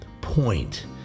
point